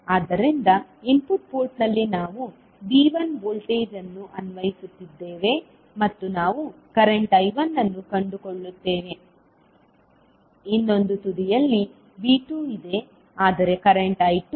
ಆದ್ದರಿಂದ ಇನ್ಪುಟ್ ಪೋರ್ಟ್ನಲ್ಲಿ ನಾವು V1 ವೋಲ್ಟೇಜ್ ಅನ್ನು ಅನ್ವಯಿಸುತ್ತಿದ್ದೇವೆ ಮತ್ತು ನಾವು ಕರೆಂಟ್ I1 ಅನ್ನು ಕಂಡುಕೊಳ್ಳುತ್ತೇವೆ ಇನ್ನೊಂದು ತುದಿಯಲ್ಲಿ V2 ಇದೆ ಆದರೆ ಕರೆಂಟ್ I2 0